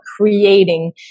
creating